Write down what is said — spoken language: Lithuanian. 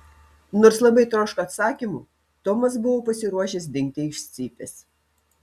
nors labai troško atsakymų tomas buvo pasiruošęs dingti iš cypės